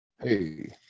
Hey